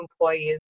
employees